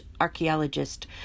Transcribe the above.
archaeologist